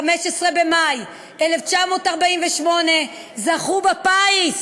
15 במאי 1948, זכו בפיס.